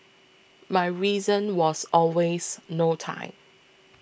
my reason was always no time